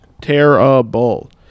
Terrible